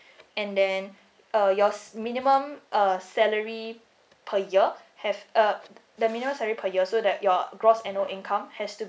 and then uh yours minimum uh salary per year have uh the minimum salary per year so that your gross annual income has to be